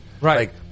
Right